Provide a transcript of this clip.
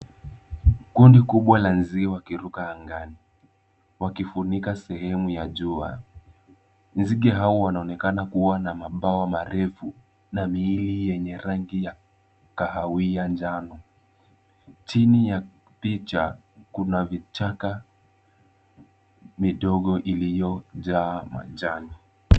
Kundi kubwa la nzige wakiruka angani wakifunika sehemu ya jua. Nzige hao wanaonekana kuwa na mabawa marefu na mili yenye rangi ya kahawia njano. Chini ya picha kuna vichaka midogo iliyojaa majani.